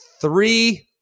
Three